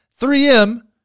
3M